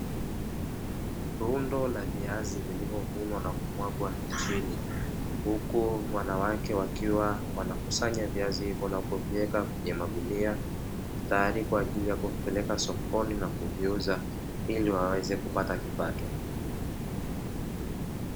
Rundo la viazi lililovunwa na kumwaga chini, huku wanawake wakiwa wanakusanya viazi hivyo na kuviweka kwenye magunia tayari kwa ajili ya kuvipeleka sokoni na kuviuza ili waweze kupata kipato.